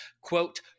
Quote